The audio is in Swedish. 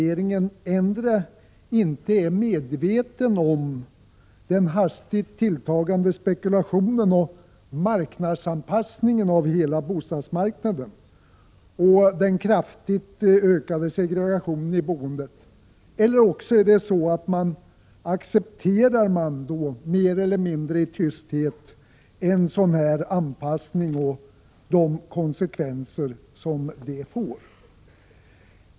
1986/87:123 medveten om den hastigt tilltagande spekulationen och marknadsanpass — 14 maj 1987 ningen av hela bostadsmarknaden och den kraftigt ökade segregationen i boendet, eller också är det så att regeringen mer eller mindre i tysthet accepterar en sådan anpassning och de konsekvenser som den får.